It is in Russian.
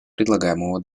предлагаемого